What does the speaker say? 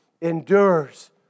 endures